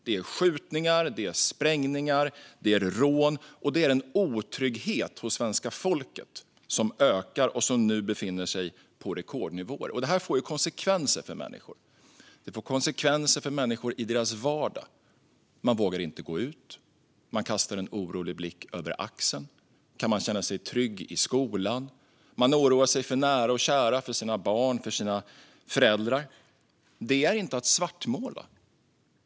Det är skjutningar, sprängningar, rån och en otrygghet hos svenska folket som ökar och nu befinner sig på rekordnivå. Det får konsekvenser för människor i deras vardag. De vågar inte gå ut. De kastar en orolig blick över axeln. Kan de känna sig trygga i skolan? De oroar sig för nära och kära, sina barn och sina föräldrar. Det är inte att svartmåla.